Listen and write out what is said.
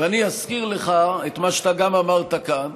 ואני אזכיר לך גם את מה שאתה אמרת כאן,